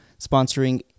sponsoring